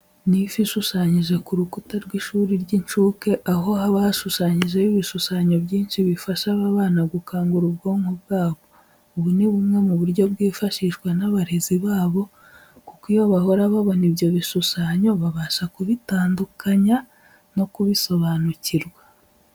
Ni ifi ishushanyije ku rukuta rw'ishuri ry'incuke, aho haba hashushanyijeho ibishushanyo byinshi bifasha aba bana gukangura ubwonko bwabo. Ubu ni bumwe mu buryo bwifashishwa n'abarezi babo kuko iyo bahora babona ibyo bishishanyo babasha kubitandukanye no kubisobanukirwa.